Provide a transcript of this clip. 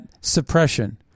suppression